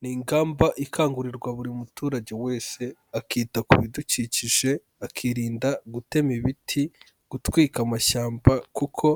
ni ingamba ikangurirwa buri muturage wese, akita ku bidukikije, akirinda gutema ibiti, gutwika amashyamba kuko